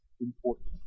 important